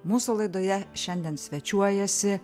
mūsų laidoje šiandien svečiuojasi